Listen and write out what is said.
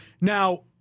Now